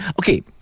Okay